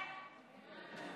נתקבלה.